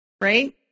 right